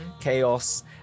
chaos